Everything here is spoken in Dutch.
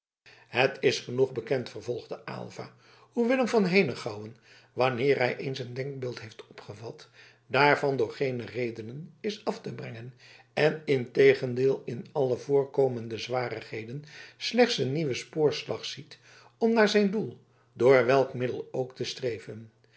het is genoeg bekend vervolgde aylva hoe willem van henegouwen wanneer hij eens een denkbeeld heeft opgevat daarvan door geene redenen is af te brengen en integendeel in alle voorkomende zwarigheden slechts een nieuwen spoorslag ziet om naar zijn doel door welk middel ook te streven